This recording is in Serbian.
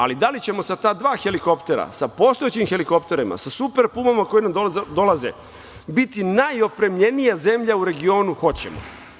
Ali, da li ćemo sa ta dva helikoptera, sa postojećim helikopterima, sa "Super pumama" koje nam dolaze, biti najopremljenija zemlja u regionu - hoćemo.